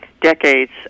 decades